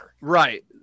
right